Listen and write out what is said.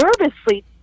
nervously